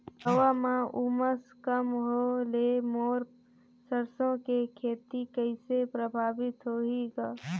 हवा म उमस कम होए ले मोर सरसो के खेती कइसे प्रभावित होही ग?